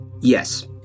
Yes